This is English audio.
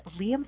Liam